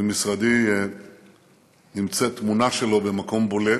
במשרדי נמצאת תמונה שלו במקום בולט,